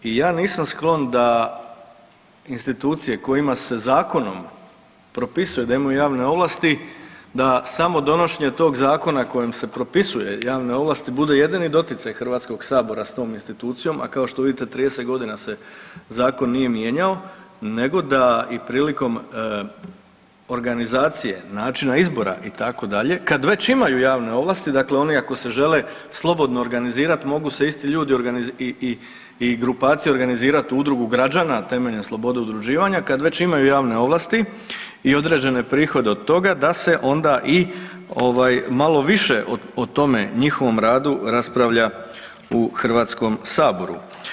I ja nisam sklon da institucije kojima se zakonom propisuje da imaju javne ovlasti, da samo donošenje tog zakona kojim se propisuje javne ovlasti bude jedini doticaj Hrvatskog sabora sa tom institucijom, a kao što vidite 30 godina se zakon nije mijenjao nego da i prilikom organizacije, načina izbora itd. kad već imaju javne ovlasti, dakle oni ako se žele slobodno organizirati mogu se isti ljudi i grupacije organizirati u Udrugu građana temeljem slobode udruživanja kad već imaju javne ovlasti i određene prihode od toga da se onda i malo više o tome njihovom radu raspravlja u Hrvatskom saboru.